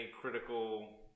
critical